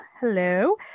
Hello